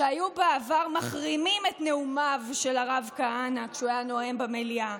שהיו בעבר מחרימים את נאומיו של הרב כהנא כשהוא היה נואם במליאה,